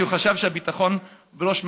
כי הוא חשב שהביטחון בראש מעייניו.